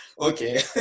okay